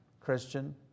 Christian